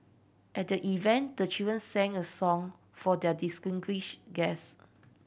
at the event the children sang a song for their distinguished guest